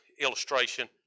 illustration